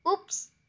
Oops